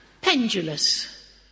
Pendulous